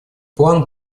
план